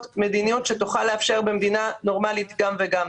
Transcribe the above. מדיניות שתוכל לאפשר במדינה נורמלית גם וגם.